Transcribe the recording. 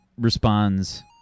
responds